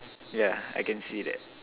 yeah I can see that